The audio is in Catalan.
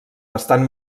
bastant